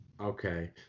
okay